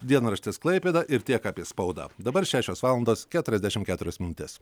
dienraštis klaipėda ir tiek apie spaudą dabar šešios valandos keturiasdešimt keturios minutės